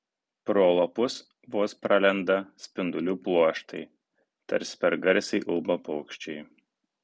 pro lapus vos pralenda spindulių pluoštai tarsi per garsiai ulba paukščiai